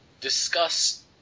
discuss